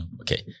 okay